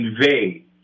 convey